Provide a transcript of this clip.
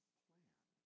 plan